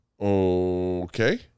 okay